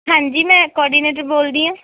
ਹਾਂਜੀ ਮੈਂ ਕੋਆਡੀਨੇਟਰ ਬੋਲਦੀ ਹਾਂ